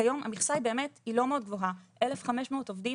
כיום המכסה היא באמת לא מאוד גבוהה: 1,500 עובדים